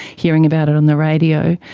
hearing about it on the radio.